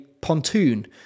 pontoon